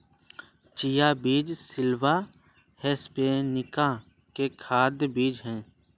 chia बीज Salvia hispanica के खाद्य बीज हैं